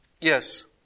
Yes